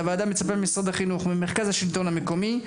הוועדה מבקשת ממשרד החינוך ומרכז השלטון המקומי,